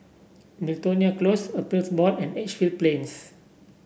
Miltonia Close Appeals Board and Edgefield Plains